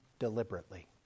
deliberately